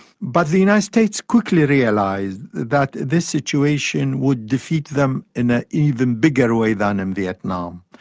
but the united states quickly realised that this situation would defeat them in an even bigger way than in vietnam,